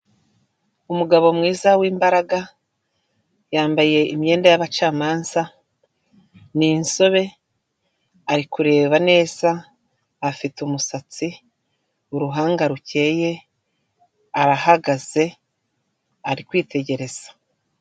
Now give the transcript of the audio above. Umugabo mwiza w'imbaraga. Yambaye imyenda y'abacamanza. Ni insobe, ari kureba neza, afite umusatsi, uruhanga rukeye, arahagaze, ari kwitegereza.